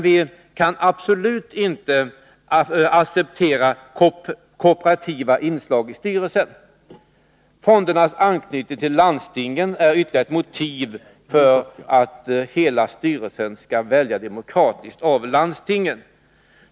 Vi kan absolut inte acceptera korporativa inslag i styrelsen. Fondernas anknytning till landstingen är ytterligare ett motiv för att hela styrelsen skall väljas demokratiskt av landstingen.